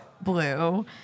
Blue